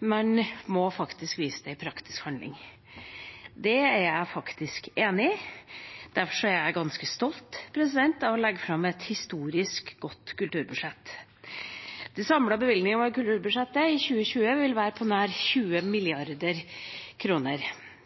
man må faktisk vise det i praktisk handling. Det er jeg faktisk enig i. Derfor er jeg ganske stolt av å legge fram et historisk godt kulturbudsjett. De samlede bevilgningene over kulturbudsjettet i 2020 vil være på nær 20 mrd. kr.